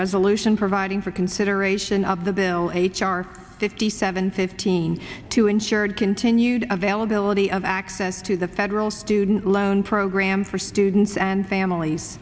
resolution providing for consideration up to them h r fifty seven fifteen to ensure continued availability of access to the federal student loan program for students and families